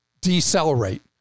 decelerate